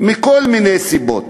מכל מיני סיבות.